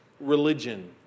religion